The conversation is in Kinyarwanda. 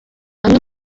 amwe